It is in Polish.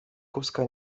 kózka